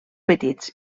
petits